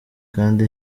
kandi